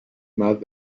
más